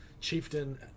chieftain